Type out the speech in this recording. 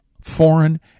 foreign